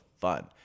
fun